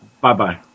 Bye-bye